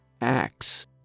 Acts